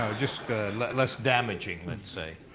ah just less damaging, let's say.